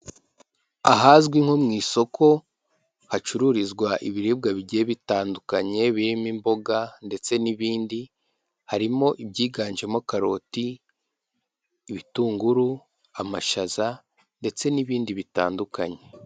Ahazwi nko mu isoko hacururizwa ibiribwa bigiye bitandukanye, birimo imboga ndetse n'ibindi, harimo ibyiganjemo karoti, ibitunguru, amashaza ndetse n'ibindi bitandukanye.